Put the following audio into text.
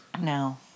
no